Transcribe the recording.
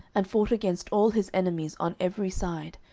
and fought against all his enemies on every side,